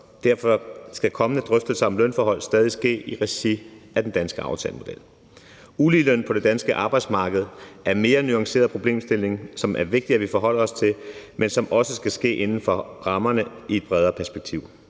Derfor skal kommende drøftelser om lønforhold stadig ske i regi af den danske aftalemodel. Uligeløn på det danske arbejdsmarked er en mere nuanceret problemstilling, som det er vigtigt at vi forholder os til, men som også skal ske inden for rammerne i et bredere perspektiv.